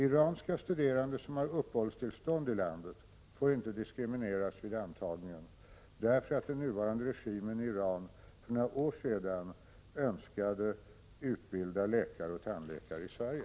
Iranska studerande som har uppehållstillstånd i landet får inte diskrimineras vid antagningen, därför att den nuvarande regimen i Iran för några år sedan önskade utbilda läkare och tandläkare i Sverige.